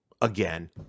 again